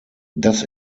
das